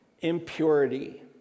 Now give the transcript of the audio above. impurity